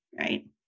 right